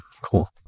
cool